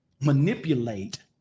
manipulate